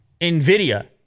NVIDIA